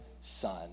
son